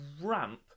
ramp